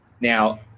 Now